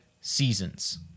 seasons